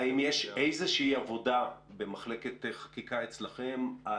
האם יש איזושהי עבודה במחלקת חקיקה אצלכם,